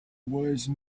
wise